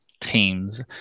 teams